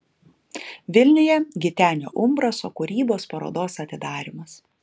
vilniuje gitenio umbraso kūrybos parodos atidarymas